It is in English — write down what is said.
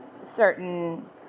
certain